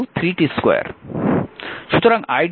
সুতরাং i dt 3 t2 dt